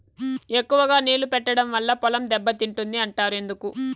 ఎక్కువగా నీళ్లు పెట్టడం వల్ల పొలం దెబ్బతింటుంది అంటారు ఎందుకు?